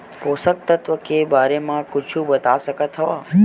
पोषक तत्व के बारे मा कुछु बता सकत हवय?